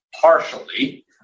partially